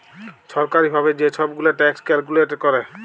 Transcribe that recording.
ছরকারি ভাবে যে ছব গুলা ট্যাক্স ক্যালকুলেট ক্যরে